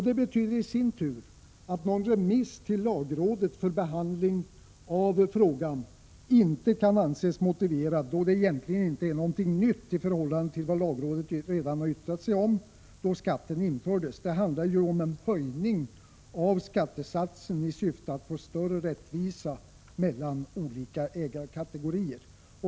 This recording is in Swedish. Det betyder i sin tur att någon remiss till lagrådet för behandling av frågan inte kan anses motiverad då det egentligen inte är något nytt i förhållande till vad lagrådet redan yttrat sig om då skatten infördes — det handlar ju om en höjning av skattesatsen i syfte att få större rättvisa mellan olika ägarkategorier.